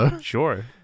Sure